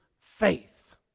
faith